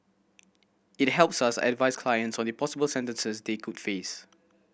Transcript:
it helps us advise clients on the possible sentences they could face